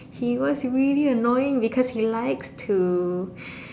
he was really annoying because he likes to